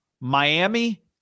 Miami